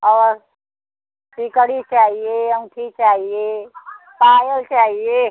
और सिकड़ी चाहिए अँगूठी चाहिए पायल चाहिए